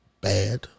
bad